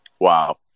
Wow